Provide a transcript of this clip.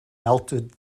melted